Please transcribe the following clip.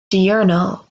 diurnal